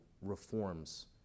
reforms